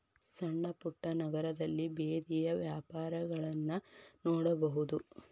ಸಣ್ಣಪುಟ್ಟ ನಗರದಲ್ಲಿ ಬೇದಿಯ ವ್ಯಾಪಾರಗಳನ್ನಾ ನೋಡಬಹುದು